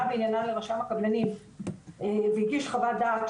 בעניינן לרשם הקבלנים והגיש חוות דעת,